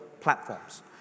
platforms